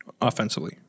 offensively